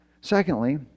Secondly